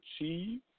achieve